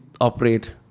operate